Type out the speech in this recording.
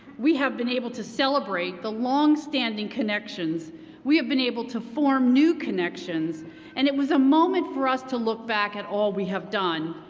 we have been able to celebrate the long standing connections. we have been able to form new connections and it was a moment for us to look back at all we have done,